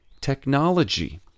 technology